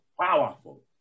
powerful